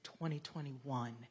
2021